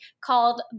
called